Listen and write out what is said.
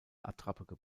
attrappe